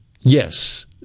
yes